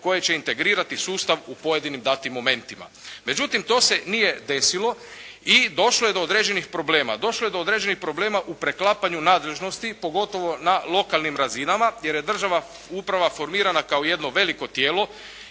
koje će integrirati sustav u pojedinim datim momentima. Međutim, to se nije desilo i došlo je do određenih problema. Došlo je do određenih problema u preklapanju nadležnosti pogotovo na lokalnim razinama, jer je državna uprava formirana kao jedno veliko tijelo,